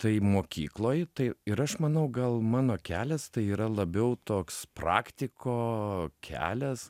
tai mokykloj tai ir aš manau gal mano kelias tai yra labiau toks praktiko kelias